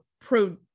pro